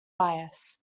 bias